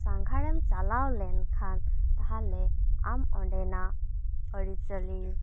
ᱥᱟᱸᱜᱷᱟᱨᱮᱢ ᱪᱟᱞᱟᱣ ᱞᱮᱱ ᱠᱷᱟᱱ ᱛᱟᱦᱚᱞᱮ ᱟᱢ ᱚᱸᱰᱮᱱᱟᱜ ᱟᱹᱨᱤᱼᱪᱟᱹᱞᱤ